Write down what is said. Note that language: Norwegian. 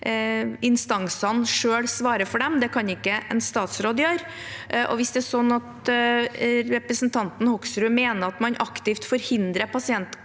instansene selv svare for dem, det kan ikke en statsråd gjøre. Hvis det er sånn at representanten Hoksrud mener man aktivt forhindrer pasientkontakt,